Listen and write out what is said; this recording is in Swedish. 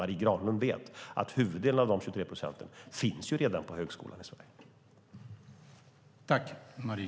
Marie Granlund vet att huvuddelen av de 23 procenten redan finns på högskolan i Sverige.